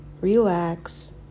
Relax